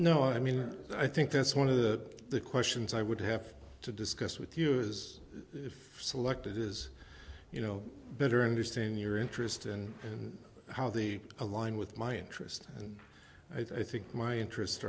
know i mean i think that's one of the questions i would have to discuss with you is if selected is you know better understand your interest and and how they align with my interests and i think my interest